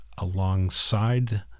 Alongside